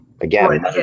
again